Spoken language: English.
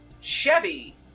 Chevy